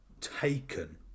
taken